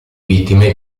vittime